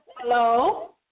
Hello